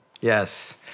Yes